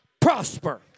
prosper